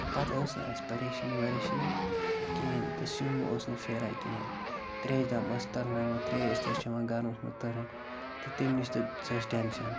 تہٕ پَتہٕ ٲس نہٕ اَسہِ پریشٲنی وَریشٲنی کِہیٖنۍ تہٕ سیُن اوس نہٕ پھیران کِہیٖنۍ ترٛیش دام ٲس تٕرناوان ترٛیش تہِ ٲسۍ چٮ۪وان گَرمَس منٛز تٕرٕنۍ تہٕ تَمۍ نِش تہِ ژٔج ٹٮ۪نشَن